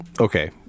okay